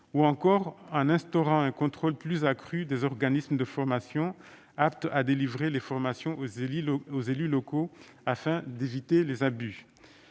ou encore en instaurant un contrôle plus accru des organismes de formations aptes à délivrer les formations aux élus locaux, afin d'éviter les abus.